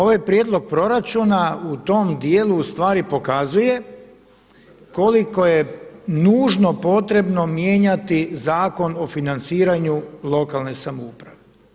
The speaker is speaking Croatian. Ovaj prijedlog proračuna u tom dijelu ustvari pokazuje koliko je nužno potrebno mijenjati Zakon o financiranju lokalne samouprave.